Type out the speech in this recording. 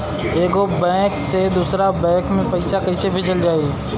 एगो बैक से दूसरा बैक मे पैसा कइसे भेजल जाई?